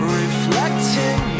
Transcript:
reflecting